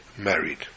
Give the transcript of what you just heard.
married